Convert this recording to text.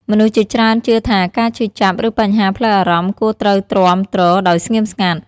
មនុស្សជាច្រើនជឿថា ការឈឺចាប់ ឬបញ្ហាផ្លូវអារម្មណ៍គួរត្រូវទ្រាំទ្រដោយស្ងៀមស្ងាត់។